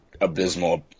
abysmal